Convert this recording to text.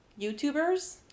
YouTubers